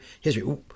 history